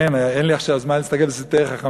כן, אין לי עכשיו זמן להסתכל ב"שפתי חכמים".